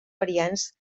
variants